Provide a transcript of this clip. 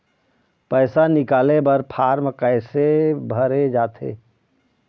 पैसा निकाले बर फार्म कैसे भरे जाथे?